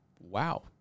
wow